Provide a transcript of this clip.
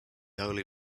holy